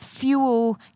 fuel